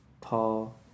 tall